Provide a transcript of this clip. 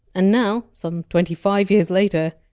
and now, some twenty five years later,